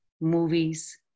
movies